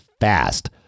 fast